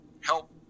help